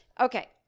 Okay